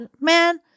man